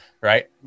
Right